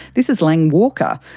this is lang walker.